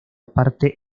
parte